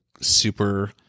super